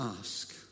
ask